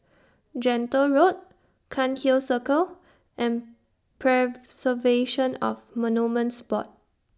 Gentle Road Cairnhill Circle and Preservation of Monuments Board